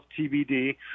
tbd